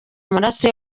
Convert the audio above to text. amaraso